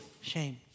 shame